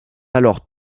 alors